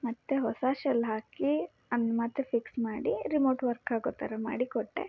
ಮತ್ತೆ ಹೊಸ ಶೆಲ್ ಹಾಕಿ ಅನ್ ಮತ್ತೆ ಫಿಕ್ಸ್ ಮಾಡಿ ರಿಮೋಟ್ ವರ್ಕಾಗೋ ಥರ ಮಾಡಿ ಕೊಟ್ಟೆ